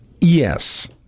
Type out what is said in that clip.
Yes